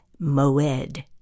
Moed